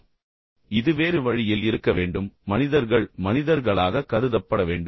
எனவே முரண்பாடாக இது வேறு வழியில் இருக்க வேண்டும் மனிதர்கள் மனிதர்களாக கருதப்பட வேண்டும்